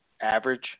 average